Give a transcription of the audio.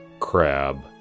crab